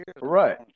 Right